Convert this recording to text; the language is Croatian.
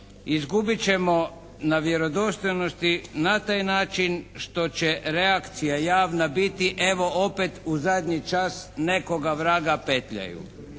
Izgubit ćemo na vjerodostojnosti na taj način što će reakcija javna biti evo opet u zadnji čas nekoga vraga petljaju.